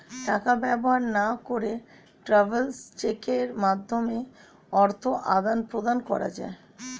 টাকা ব্যবহার না করে ট্রাভেলার্স চেকের মাধ্যমে অর্থ আদান প্রদান করা যায়